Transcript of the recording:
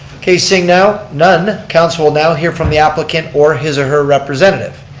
okay seeing now none, council will now hear from the applicant or his or her representative.